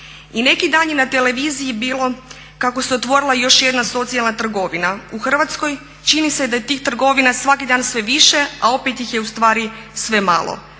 I neki dan je na televiziji bilo kako se otvorila još jedna socijalna trgovina. U Hrvatskoj čini se da je tih trgovina svaki dan sve više, a opet ih je u stvari sve manje.